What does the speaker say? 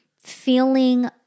feeling